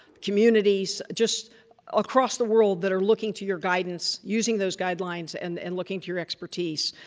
communities just across the world that are looking to your guidance using those guidelines and and looking to your expertise,